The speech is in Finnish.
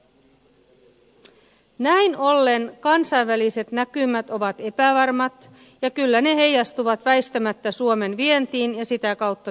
näin ollen kansainväliset näkymät ovat epävarmat ja kyllä ne heijastuvat väistämättä suomen vientiin ja sitä kautta työllisyyteen